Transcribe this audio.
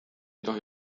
tohi